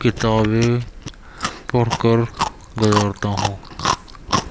کتابیں پڑھ کر گزارتا ہوں